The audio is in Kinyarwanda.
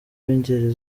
b’ingeri